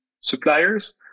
suppliers